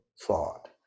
thought